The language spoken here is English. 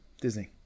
Disney